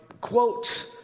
quotes